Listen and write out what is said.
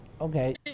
okay